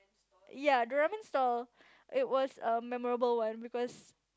ya the ramen stall it was a memorable one because